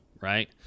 right